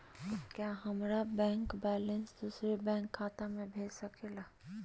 क्या हमारा bank balance दूसरे बैंक खाता में भेज सके ला?